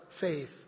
faith